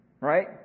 Right